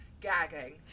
Gagging